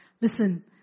listen